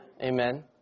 Amen